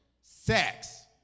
sex